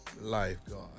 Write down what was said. lifeguard